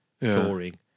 touring